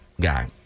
guy